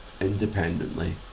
independently